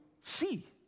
see